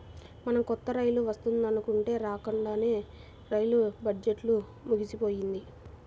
మనకు కొత్త రైలు వస్తుందనుకుంటే రాకండానే రైల్వే బడ్జెట్టు ముగిసిపోయింది